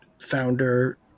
founder